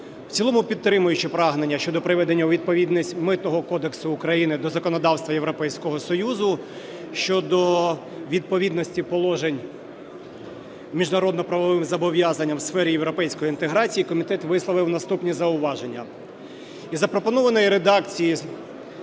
В цілому підтримуючи прагнення щодо приведення у відповідність Митного кодексу України до законодавства Європейського Союзу щодо відповідності положень міжнародно-правовим зобов'язанням у сфері європейської інтеграції, комітет висловив наступні зауваження. Із запропонованої редакції